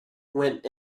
went